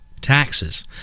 Taxes